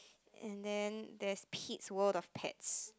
and then there's Pete's World of Pets